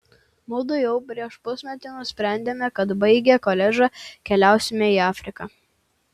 mudu jau prieš pusmetį nusprendėme kad baigę koledžą keliausime į afriką